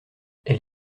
elle